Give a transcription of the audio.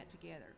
together